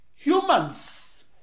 Humans